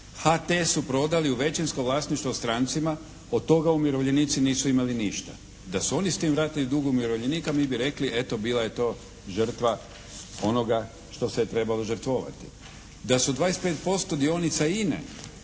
HT su prodali u većinsko vlasništvo strancima. Od toga umirovljenici nisu imali ništa. Da su oni s tim vratili dug umirovljenika mi bi rekli eto bila je to žrtva onoga što se je trebalo žrtvovati. Da su 25% dionica